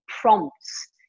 prompts